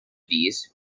these